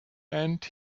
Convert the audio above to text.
and